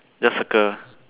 just circle